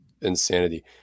insanity